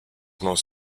most